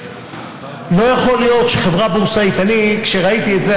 לא יכול להיות שחברה בורסאית כשראיתי את זה,